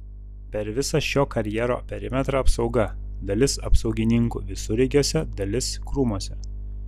per visą šio karjero perimetrą apsauga dalis apsaugininkų visureigiuose dalis krūmuose